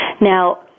Now